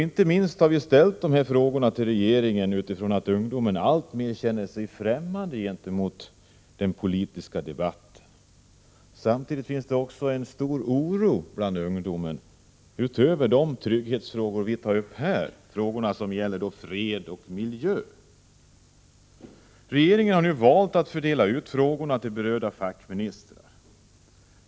Inte minst har vi ställt frågorna till regeringen på grund av att ungdomen känner sig alltmer främmande gentemot den politiska debatten. Samtidigt finns det en stor oro bland ungdomar. Det handlar om saker utöver de trygghetsfrågor som vi tar upp här, nämligen frågor som gäller fred och miljö. Regeringen har valt att fördela frågorna på berörda fackministrar.